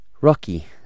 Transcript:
Rocky